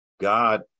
god